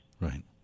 Right